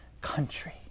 country